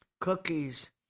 cookies